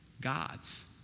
gods